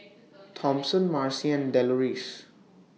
Thompson Marci and Deloris